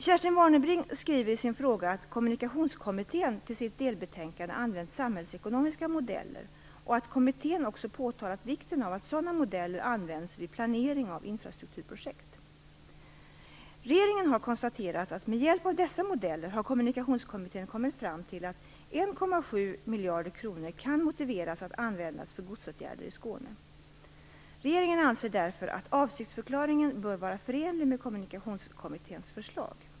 Kerstin Warnerbing skriver i sin fråga att Kommunikationskommittén till sitt delbetänkande använt samhällsekonomiska modeller och att kommittén också påtalat vikten av att sådana modeller används vid planering av infrastrukturprojekt. Regeringen har konstaterat att med hjälp av dessa modeller har miljarder kronor kan motiveras att användas för godsåtgärder i Skåne. Regeringen anser därför att avsiktsförklaringen bör vara förenlig med Kommunikationskommitténs förslag.